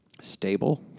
Stable